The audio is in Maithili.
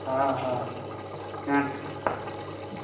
हँ हँ यहाँ